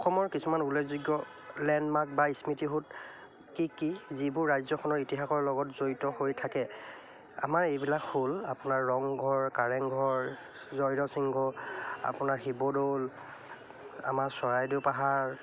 অসমৰ কিছুমান উল্লেখযোগ্য লেণ্ডমাৰ্ক বা স্মৃতিসৌধ কি কি যিবোৰ ৰাজ্যখনৰ ইতিহাসৰ লগত জড়িত হৈ থাকে আমাৰ এইবিলাক হ'ল আপোনাৰ ৰংঘৰ কাৰেংঘৰ জয়ধ্বজসিংহ আপোনাৰ শিৱদৌল আমাৰ চৰাইদেউ পাহাৰ